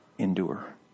endure